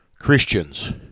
Christians